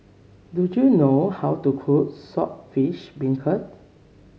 do you know how to cook Saltish Beancurd